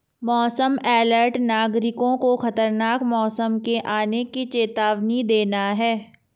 मौसम अलर्ट नागरिकों को खतरनाक मौसम के आने की चेतावनी देना है